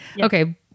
Okay